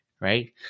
right